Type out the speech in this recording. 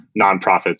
nonprofits